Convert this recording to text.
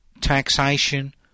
taxation